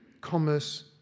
commerce